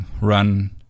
run